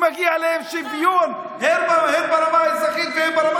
שמגיע להם שוויון הן ברמה האזרחית והן ברמה